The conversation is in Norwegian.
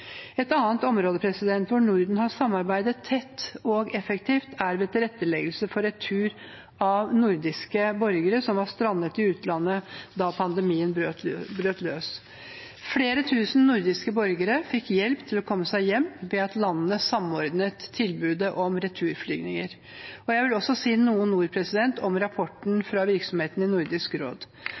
Et annet område hvor Norden har samarbeidet tett og effektivt, er ved tilretteleggelse for retur av nordiske borgere som var strandet i utlandet da pandemien brøt løs. Flere tusen nordiske borgere fikk hjelp til å komme seg hjem ved at landene samordnet tilbudet om returflygninger. Jeg vil si noen ord om rapporten fra virksomheten i Nordisk råd.